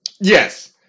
yes